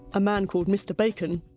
a man called mr bacon,